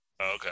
Okay